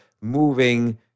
moving